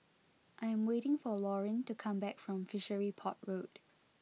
I'm waiting for Laurine to come back from Fishery Port Road